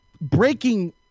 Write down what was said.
breaking